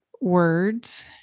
words